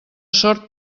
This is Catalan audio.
sort